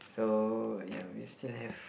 so ya we still have